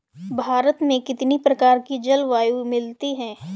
भारत में कितनी प्रकार की जलवायु मिलती है?